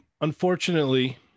Unfortunately